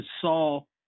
Saul